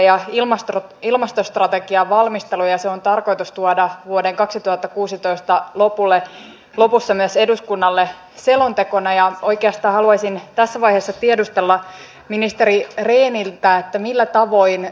suomi harmaantuu euroopan nopeinta vauhtia ja meidän on vastattava tähän valtavasti kasvavaan palvelutarpeen haasteeseen kehittämällä todellakin niitä uusia työtapoja uusia tapoja tehdä kuten ministeri eemil päättömillä tavoin